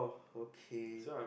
okay